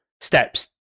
steps